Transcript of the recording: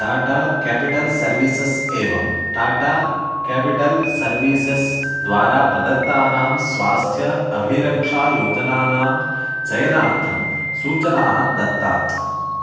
Tata capital services एवं Tata capital services द्वारा प्रदत्तानां स्वास्थ्य अभिरक्षा योजनानां चयनार्थं सूचनाः दत्तात्